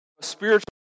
spiritual